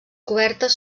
cobertes